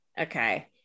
Okay